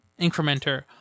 incrementer